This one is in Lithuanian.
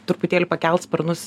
truputėlį pakelt sparnus